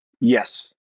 Yes